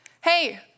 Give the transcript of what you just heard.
hey